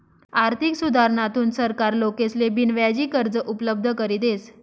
आर्थिक सुधारणाथून सरकार लोकेसले बिनव्याजी कर्ज उपलब्ध करी देस